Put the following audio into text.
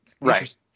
Right